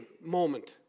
moment